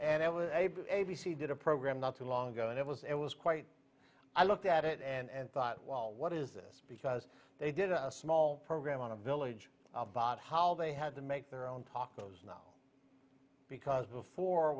and i was a b c did a program not too long ago and it was it was quite i looked at it and thought well what is this because they did a small program on a village about how they had to make their own tacos now because before